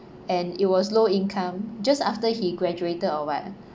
and it was low income just after he graduated or what